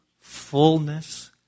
fullness